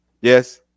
Yes